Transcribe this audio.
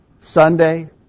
Sunday